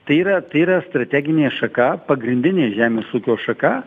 tai yra yra strateginė šaka pagrindinė žemės ūkio šaka